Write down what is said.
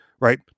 Right